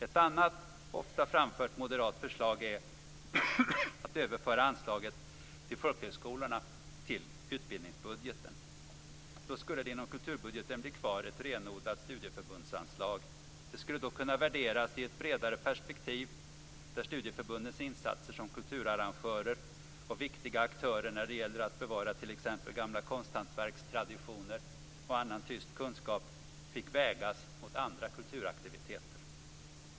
Ett annat ofta framfört moderat förslag är att överföra anslaget till folkhögskolorna till utbildningsbudgeten. Då skulle det inom kulturbudgeten bli kvar ett renodlat studieförbundsanslag. Det skulle då kunna värderas i ett bredare perspektiv där studieförbundens insatser som kulturarrangörer och viktiga aktörer när det gäller att bevara t.ex. gamla konsthantverkstraditioner och annan tyst kunskap fick vägas mot andra kulturaktiviteter.